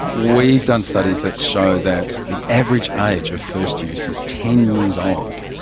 we've done studies that show that the average age of first use is ten years old.